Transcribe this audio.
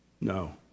No